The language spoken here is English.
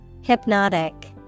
Hypnotic